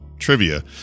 trivia